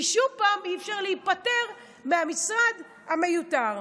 כי שוב אי-אפשר להיפטר מהמשרד המיותר.